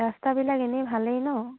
ৰাস্তাবিলাক এনেই ভালেই ন